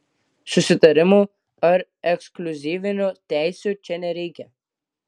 susitarimų ar ekskliuzyvinių teisių čia nereikia